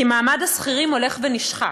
כי מעמד השכירים הולך ונשחק,